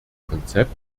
konzepts